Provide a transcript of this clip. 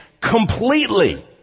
completely